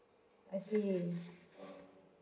I see